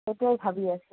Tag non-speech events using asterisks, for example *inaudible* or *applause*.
*unintelligible* ভাবি আছোঁ